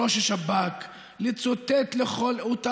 במאבק כוח בין ראשי הממשלה לבין בכירים.